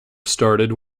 started